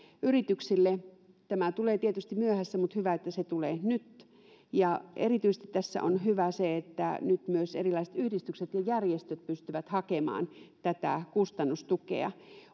yrityksille tämä tulee tietysti myöhässä mutta hyvä että se tulee nyt ja erityisesti tässä on hyvää se että nyt myös erilaiset yhdistykset ja järjestöt pystyvät hakemaan tätä kustannustukea